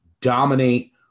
dominate